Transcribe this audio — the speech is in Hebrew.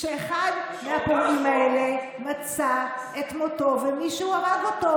שאחד הפורעים האלה מצא את מותו ומישהו הרג אותו,